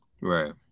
right